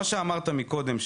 מה שאמרת קודם,